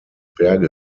berge